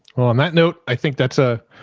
on that note, i think that's, ah,